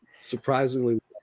surprisingly